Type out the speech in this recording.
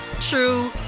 true